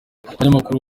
abanyamakuru